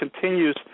continues